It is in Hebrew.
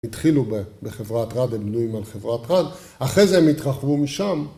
התחילו בחברת רד, הם בנויים על חברת רד, אחרי זה הם התרחבו משם